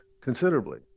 considerably